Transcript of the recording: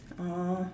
ah